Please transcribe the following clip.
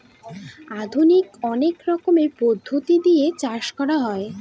আধুনিক অনেক রকমের পদ্ধতি দিয়ে চাষ করা হয়